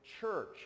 church